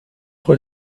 what